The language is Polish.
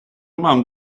mam